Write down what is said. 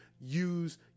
use